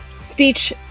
speech